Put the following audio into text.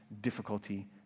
difficulty